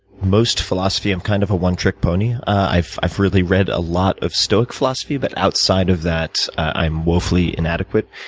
most philosophy, i'm kind of a one trick pony. i've i've really read a lot of stoic philosophy, but outside of that, i'm woefully inadequate.